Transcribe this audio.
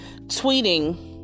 tweeting